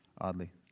oddly